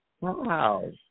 Wow